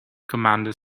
commander